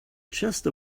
just